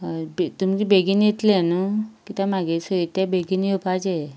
बे तुमचें बेगीन येतले न्हय कित्या मागे सय ते बेगीन येवपाचे